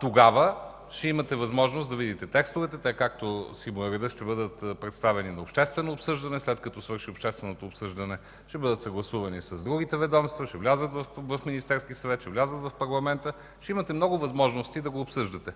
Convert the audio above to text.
Тогава ще имате възможност да видите текстовете. Те, както си му е редът, ще бъдат представени за обществено обсъждане. След като свърши общественото обсъждане, ще бъдат съгласувани с другите ведомства, ще влязат в Министерския съвет, ще влязат в парламента. Ще имате много възможности да ги обсъждате,